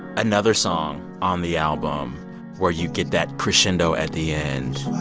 another song on the album where you get that crescendo at the end.